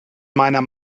meiner